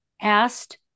asked